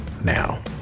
now